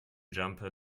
jumper